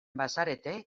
bazarete